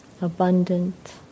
Abundant